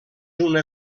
una